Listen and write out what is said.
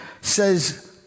says